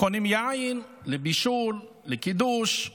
קונים יין לבישול, לקידוש,